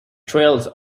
trails